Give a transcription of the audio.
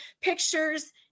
pictures